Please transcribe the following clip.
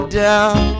down